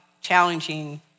challenging